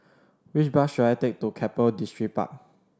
which bus should I take to Keppel Distripark